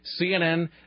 CNN